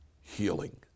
Healing